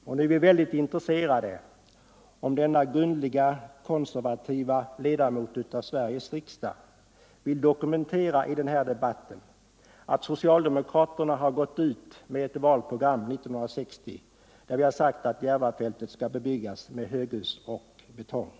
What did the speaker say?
Nu är vi väldigt intresserade av om denna grundliga konservativa ledamot av Sveriges riksdag vill dokumentera i den här debatten att socialdemokraterna gått ut med ett valprogram 1960 där vi sagt att Järvafältet skall bebyggas med höghus och betong.